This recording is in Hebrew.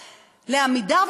ל"עמידר",